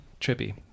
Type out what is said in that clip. Trippy